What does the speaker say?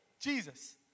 Jesus